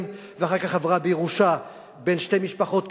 ואחר כך עברה בירושה בין שתי משפחות,